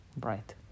right